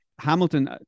Hamilton